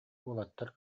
уолаттар